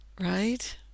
right